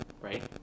right